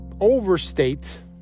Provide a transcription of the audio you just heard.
overstate